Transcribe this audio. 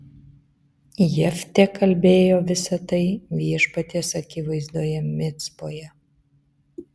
jeftė kalbėjo visa tai viešpaties akivaizdoje micpoje